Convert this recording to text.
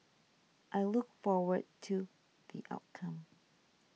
I look forward to the outcome